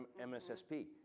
MSSP